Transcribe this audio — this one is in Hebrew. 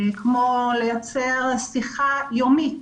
כמו לייצר שיחה יומית